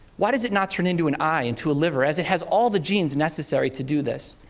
why does it not turn into an eye, into a liver, as it has all the genes necessary to do this?